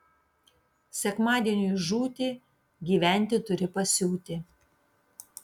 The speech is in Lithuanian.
sekmadieniui žūti gyventi turi pasiūti